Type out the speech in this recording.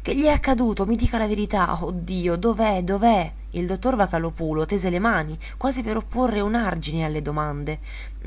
che gli è accaduto i dica la verità oh dio dov'è dov'è il dottor vocalòpulo tese le mani quasi per opporre un argine alle domande